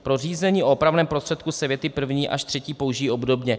Pro řízení o opravném prostředku se věty první až třetí použijí obdobně.